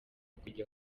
kujya